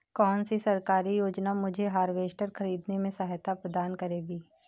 कौन सी सरकारी योजना मुझे हार्वेस्टर ख़रीदने में सहायता प्रदान करेगी?